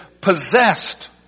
possessed